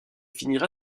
finira